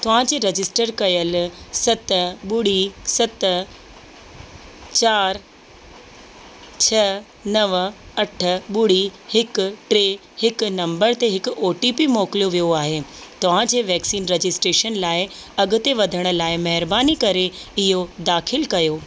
तव्हांजे रजिस्टर कयल सत ॿुड़ी सत चारि छह नव अठ ॿुड़ी हिकु टे हिकु नंबर ते हिकु ओ टी पी मोकिलियो वियो आहे तव्हांजे वैक्सीन रजिस्ट्रेशन लाइ अॻिते वधण लाइ महिरबानी करे इहो दाख़िल कयो